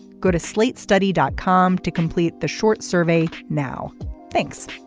go to slate study dot com to complete the short survey. now thanks